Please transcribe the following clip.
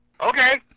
Okay